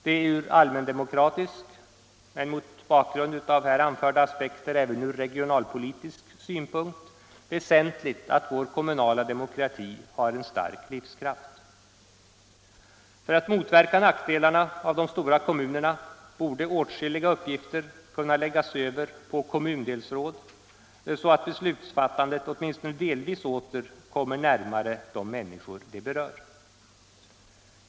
Det är från allmändemokratisk men mot bakgrund av här anförda aspekter även från regionalpolitisk synpunkt väsentligt att vår kommunala demokrati har en stark livskraft. För att motverka nackdelarna av de stora kommunerna borde åtskilliga uppgifter kunna läggas över på kommundelsråd, så att beslutsfattandet åtminstone delvis åter kommer närmare de människor det berör.